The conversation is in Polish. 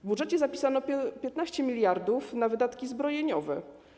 W budżecie zapisano 15 mld na wydatki zbrojeniowe.